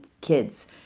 kids